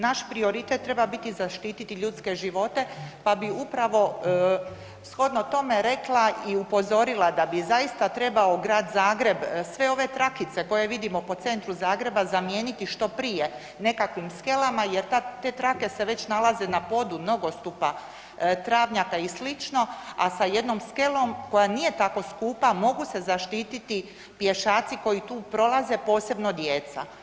Naš prioritet treba biti zaštiti ljudske živote pa bih upravo shodno tome rekla i upozorila da bi zaista trebao Grad Zagreb sve ove trakice koje vidimo po centru Zagreba zamijeniti što prije nekakvim skelama jer te trake se već nalaze na podu nogostupa, travnjaka i sl., a sa jednom skelom koja nije tako skupa mogu se zaštiti pješaci koji tu prolaze posebno djeca.